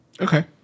Okay